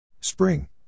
Spring